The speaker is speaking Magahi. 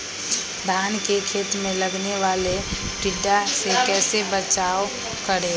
धान के खेत मे लगने वाले टिड्डा से कैसे बचाओ करें?